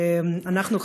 אנחנו,